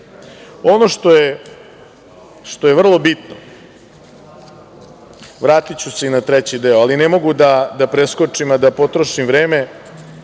itd. Ono što je vrlo bitno, vratiću se i na treći deo, ali ne mogu da preskočim, a da potrošim vreme